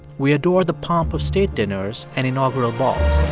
we adore the pomp of state dinners and inaugural balls